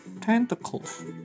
tentacles